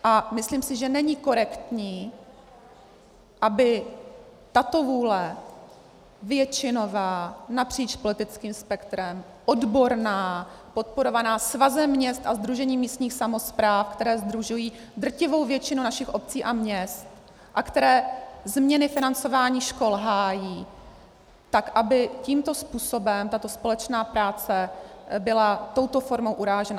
A myslím si, že není korektní, aby tato vůle většinová, napříč politickým spektrem, odborná, podporovaná Svazem měst a Sdružením místních samospráv, které sdružují drtivou většinu našich obcí a měst a které změny financování škol hájí, tak aby tímto způsobem tato společná práce byla touto formou urážena.